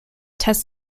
test